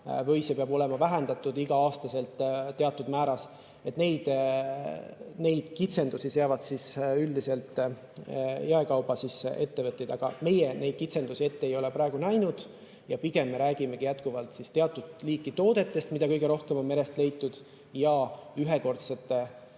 või seda peab olema vähendatud igal aastal teatud määras. Neid kitsendusi seavad üldiselt jaekaubandusettevõtted. Meie neid kitsendusi ette ei ole praegu näinud. Pigem me räägimegi teatud liiki toodetest, mida kõige rohkem on merest leitud, ja ühekordsete